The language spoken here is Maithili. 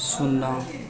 शुन्ना